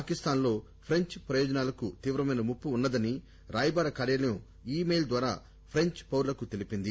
పాకిస్థాన్ లో ఫ్రెంచ్ ప్రయోజనాలకు తీవ్రమైన ముప్పు ఉన్నదని రాయబార కార్యాలయం ఈ మెయిల్ ద్వారా ఫ్రెంచ్ పౌరులకు తెలిపింది